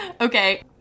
Okay